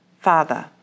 Father